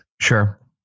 Sure